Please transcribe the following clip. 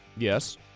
Yes